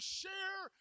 share